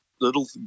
little